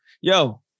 Yo